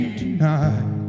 tonight